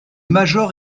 major